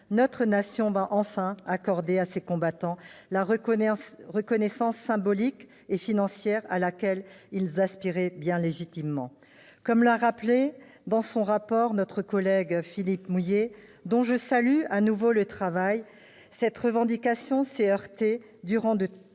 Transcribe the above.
notre nation va enfin accorder à ces combattants la reconnaissance symbolique et financière à laquelle ils aspirent bien légitimement. Comme l'a rappelé dans son rapport notre collègue Philippe Mouiller, dont je salue de nouveau le travail, cette revendication s'est heurtée durant de